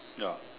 ya